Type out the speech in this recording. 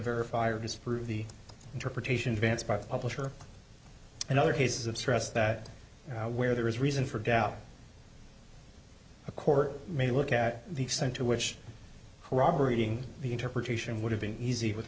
verify or disprove the interpretation dance by the publisher and other cases of stress that where there is reason for doubt a court may look at the extent to which corroborating the interpretation would have been easy with